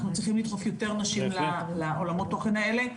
אנחנו צריכים לדחוף יותר נשים לעולמות התוכן האלה,